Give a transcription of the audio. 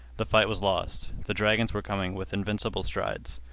the fight was lost. the dragons were coming with invincible strides.